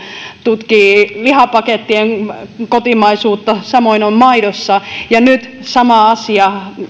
tutkii lihapakettien kotimaisuutta samoin on maidossa ja nyt sama asia